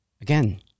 Again